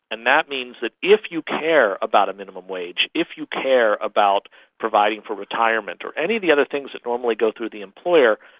and that means that if you care about a minimum wage, if you care about providing for retirement or any of the other things that normally go through the employer,